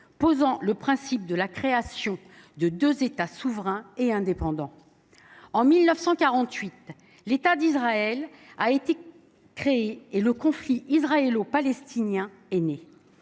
pose le principe de la création de deux États souverains et indépendants. En 1948, l’État d’Israël a été institué et le conflit israélo palestinien est né.